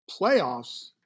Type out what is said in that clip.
Playoffs